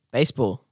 Baseball